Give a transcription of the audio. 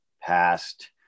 past